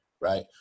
right